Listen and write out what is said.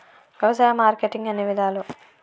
వ్యవసాయ మార్కెటింగ్ ఎన్ని విధాలు?